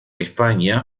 españa